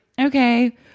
okay